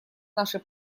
нашей